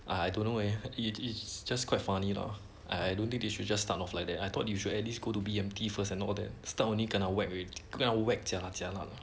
I don't know where it is just quite funny lah I don't think they should just start off like that I thought you should at least go to B_M_T first and all that start only kena whack already kena whack jialat jialat